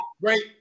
great